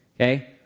okay